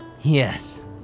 Yes